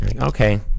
Okay